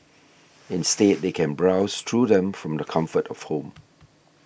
instead they can browse through them from the comfort of home